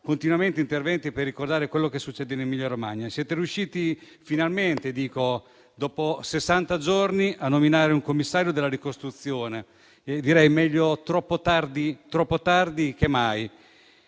continuamente interventi per ricordare quello che succede in Emilia-Romagna. Siete riusciti finalmente, dopo sessanta giorni, a nominare un commissario della ricostruzione e direi: meglio troppo tardi che mai.